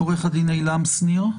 עורך דין עילם שניר,